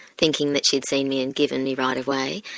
thinking that she'd seen me and given me right of way,